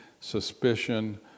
suspicion